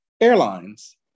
airlines